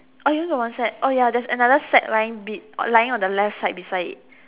oh you only got one sack oh ya there's another sack lying be~ lying on the left side beside it